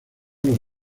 los